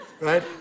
right